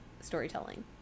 storytelling